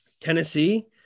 Tennessee